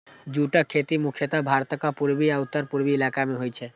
जूटक खेती मुख्यतः भारतक पूर्वी आ उत्तर पूर्वी इलाका मे होइ छै